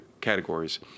categories